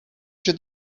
się